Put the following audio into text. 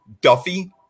Duffy